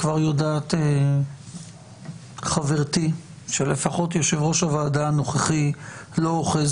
כבר יודעת חברתי שלפחות יושב ראש הוועדה הנוכחי לא אוחז